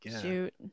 Shoot